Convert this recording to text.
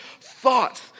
thoughts